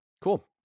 Cool